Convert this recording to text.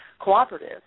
cooperative